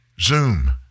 Zoom